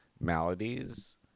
maladies